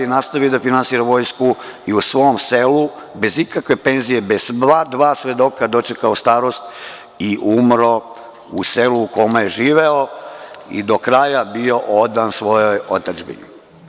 Nastavio da finansira vojsku i u svom selu, bez ikakve penzije, bez dva svedoka dočekao starosti i umro u selu u kome je živeo i do kraja bio odan svojoj otadžbini.